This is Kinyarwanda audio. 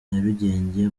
nyarugenge